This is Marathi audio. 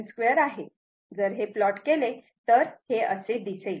जर हे प्लॉट केले तर हे असे दिसेल